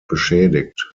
beschädigt